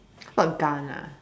how about gun ah